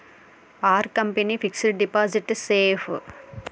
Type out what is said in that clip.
Are company fixed deposit safe?